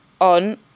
on